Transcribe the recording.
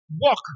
walk